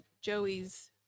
joey's